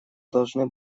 должны